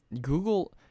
Google